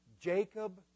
Jacob